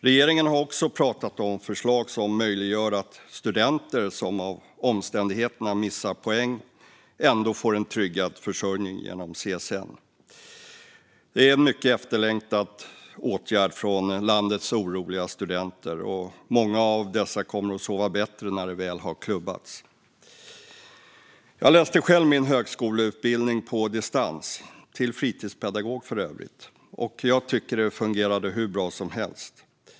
Regeringen har också pratat om förslag som möjliggör att studenter som på grund av omständigheterna missar poäng ändå får en tryggad försörjning genom CSN. Det är en mycket efterlängtad åtgärd för landets oroliga studenter. Många av dessa kommer att sova bättre när detta väl har klubbats. Jag läste själv min högskoleutbildning på distans, till fritidspedagog för övrigt, och jag tycker att det fungerade hur bra som helst.